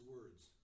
words